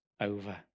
over